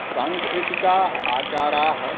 सांस्कृतिकाः आचाराः